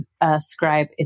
ascribe